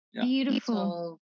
Beautiful